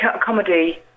comedy